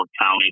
County